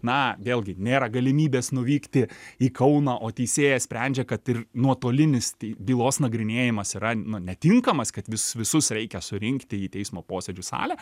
na vėlgi nėra galimybės nuvykti į kauną o teisėjas sprendžia kad ir nuotolinis bylos nagrinėjimas yra nu netinkamas kad vis visus reikia surinkti į teismo posėdžių salę